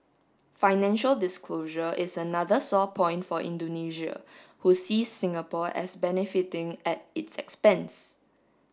financial disclosure is another sore point for Indonesia who sees Singapore as benefiting at its expense